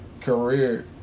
career